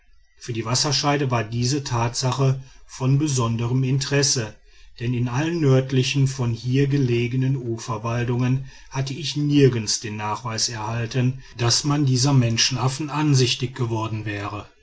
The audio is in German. für die wasserscheide war diese tatsache von besonderm interesse denn in allen nördlich von hier gelegenen uferwaldungen hatte ich nirgends den nachweis erhalten daß man dieser menschenaffen ansichtig geworden wäre